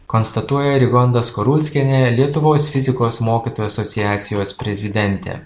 konstatuoja rigonda skorulskienė lietuvos fizikos mokytojų asociacijos prezidentė